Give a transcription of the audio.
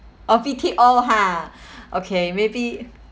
all ha okay maybe